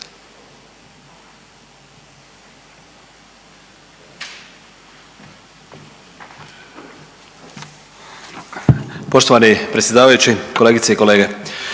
poštovani g. predsjedavajući, kolegice i kolege.